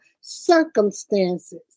circumstances